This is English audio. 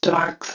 Dark